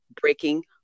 Breaking